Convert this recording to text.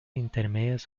intermedias